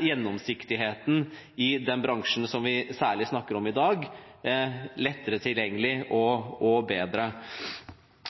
gjennomsiktigheten i den bransjen som vi særlig snakker om i dag, lettere tilgjengelig og bedre.